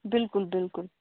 بِلکُل بِلکُل